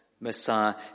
Messiah